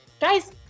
Guys